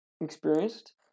experienced